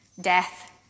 death